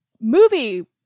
movie